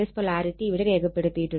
polarity ഇവിടെ രേഖപ്പെടുത്തിയിട്ടുണ്ട്